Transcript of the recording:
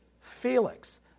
Felix